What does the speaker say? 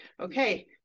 okay